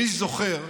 אני זוכר,